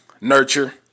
nurture